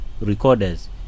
recorders